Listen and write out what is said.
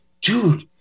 dude